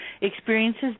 experiences